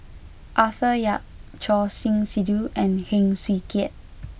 Arthur Yap Choor Singh Sidhu and Heng Swee Keat